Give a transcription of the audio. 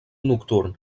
nocturn